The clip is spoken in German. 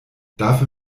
dafür